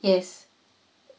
yes